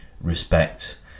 respect